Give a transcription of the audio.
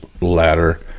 ladder